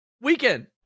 weekend